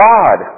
God